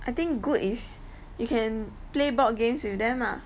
I think good is you can play board games with them ah